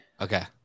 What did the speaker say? Okay